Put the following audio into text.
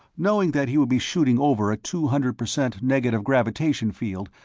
knowing that he would be shooting over a two hundred percent negative gravitation-field,